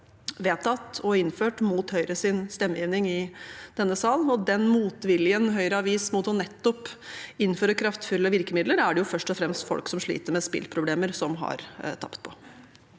og innført mot Høyres stemmegivning i denne sal, og den motviljen Høyre har vist mot nettopp å innføre kraftfulle virkemidler, er det jo først og fremst folk som sliter med spilleproblemer, som har tapt på.